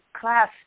class